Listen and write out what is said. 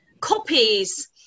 copies